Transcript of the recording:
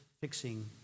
fixing